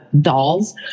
dolls